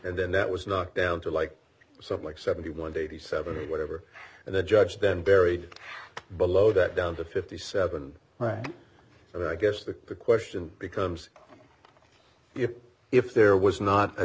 and then that was knocked down to like so like seventy one hundred seventy whatever and the judge then buried below that down to fifty seven right i guess the question becomes if if there was not a